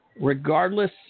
Regardless